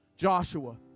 Joshua